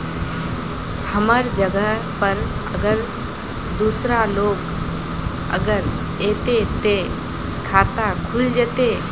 हमर जगह पर अगर दूसरा लोग अगर ऐते ते खाता खुल जते?